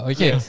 Okay